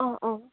অঁ অঁ